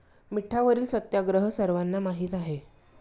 मिठावरील सत्याग्रह सर्वांना माहीत आहे